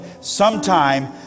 sometime